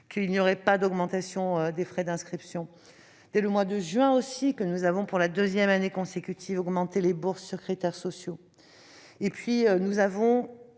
qu'il n'y aurait pas d'augmentation des frais d'inscription. Dès le mois de juin, nous avons, pour la deuxième année consécutive, augmenté les bourses sur critères sociaux. Nous avons